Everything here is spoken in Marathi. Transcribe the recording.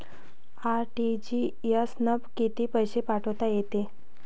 आर.टी.जी.एस न कितीक पैसे पाठवता येते?